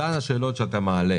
אותן שאלות שאתה מעלה,